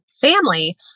family